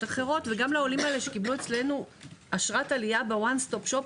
אחרות וגם לעולים שקיבלו אצלנו אשרת עלייה בוואן סטופ שופ.